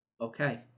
okay